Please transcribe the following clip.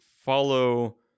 follow